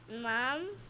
Mom